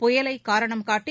புயலை காரணம் காட்டி